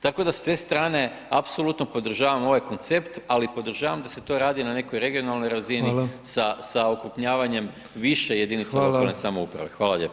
Tako da s te strane apsolutno podržavam ovaj koncept ali to podržavam da se to radi na nekoj regionalnoj razini sa okrupnjavanjem više jedinica lokalne samouprave.